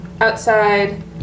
Outside